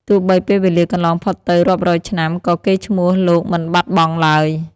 ទោះបីពេលវេលាកន្លងផុតទៅរាប់រយឆ្នាំ ក៏កេរ្តិ៍ឈ្មោះលោកមិនបាត់បង់ឡើយ។